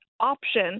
option